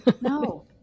No